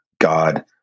god